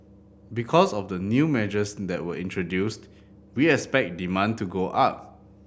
because of the new measures that were introduced we expect demand to go up